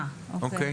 אוקיי.